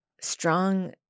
strong